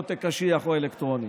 עותק קשיח או אלקטרוני.